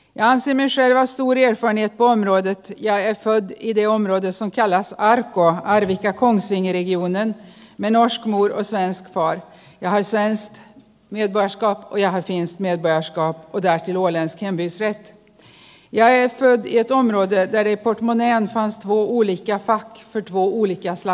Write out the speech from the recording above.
jansenin sairastuu ja fanien tuomioiden ja efta idiomenoita selkälä aikoo aivi kiekon siniviivanään att det mot den bakgrunden finns olikheter i lagstiftningen är helt naturligt och följaktligen stora utmaningar när det gäller att eliminera gränshinder i norden